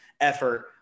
effort